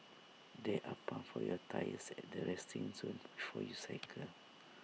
there are pumps for your tyres at the resting zone before you cycle